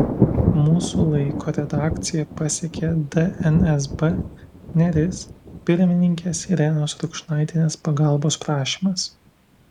mūsų laiko redakciją pasiekė dnsb neris pirmininkės irenos rukšnaitienės pagalbos prašymas